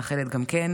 מאחלת גם כן,